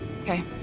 Okay